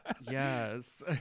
yes